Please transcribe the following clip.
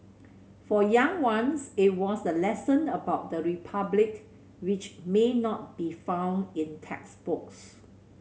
for younger ones it was a lesson about the Republic which may not be found in textbooks